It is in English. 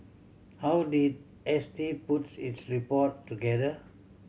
how did S T puts its report together